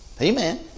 Amen